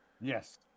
Yes